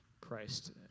Christ